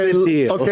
liam